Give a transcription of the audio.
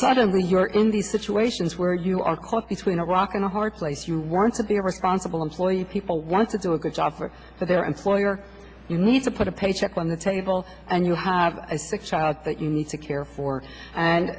suddenly you're in the situations where you are caught between a rock and a hard place you want to be a responsible employee people want to do a good job for their employer you need to put a paycheck on the table and you have a sick child that you need to care for and